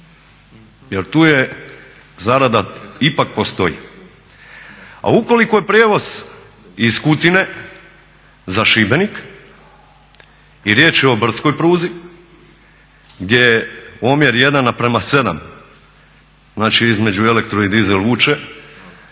jer tu zarada ipak postoji. A ukoliko je prijevoz iz Kutine za Šibenik i riječ je o brdskoj pruzi gdje je omjer 1:7, znači između elektro i dizel vuče,